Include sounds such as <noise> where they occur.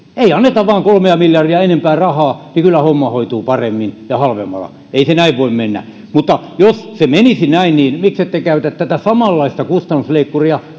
kun ei vaan anneta kolmea miljardia enempää rahaa niin kyllä homma hoituu paremmin ja halvemmalla ei se näin voi mennä mutta jos se menisi näin niin miksette käytä samanlaista kustannusleikkuria <unintelligible>